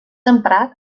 emprat